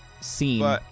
scene